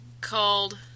called